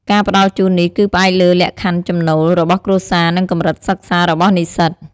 ការផ្តល់ជូននេះគឺផ្អែកលើលក្ខខណ្ឌចំណូល របស់គ្រួសារ និងកម្រិតសិក្សា របស់និស្សិត។